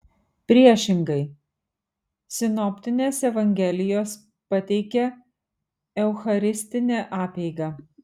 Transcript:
priešingai sinoptinės evangelijos pateikia eucharistinę apeigą